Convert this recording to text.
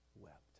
wept